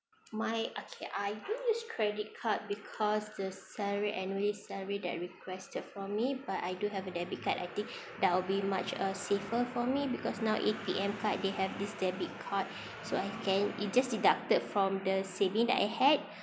my okay I don't use credit card because the salary annually salary that requested from me but I do have a debit card I think there will be much uh safer for me because now A_T_M card they have this debit card so I can it just deducted from the saving that I had